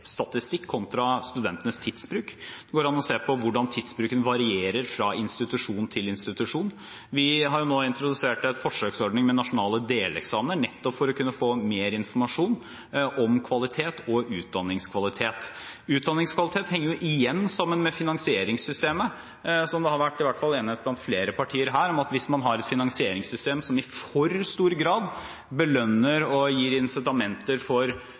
kontra studentenes tidsbruk. Det går an å se på hvordan tidsbruken varierer fra institusjon til institusjon. Vi har jo nå introdusert en forsøksordning med nasjonale deleksamener, nettopp for å kunne få mer informasjon om kvalitet og utdanningskvalitet. Utdanningskvalitet henger igjen sammen med finansieringssystemet, der det i hvert fall har vært enighet om blant flere partier her at hvis man har et finansieringssystem som i for stor grad belønner og gir incitamenter for